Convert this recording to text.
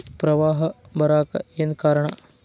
ಪ್ರವಾಹ ಬರಾಕ್ ಏನ್ ಕಾರಣ?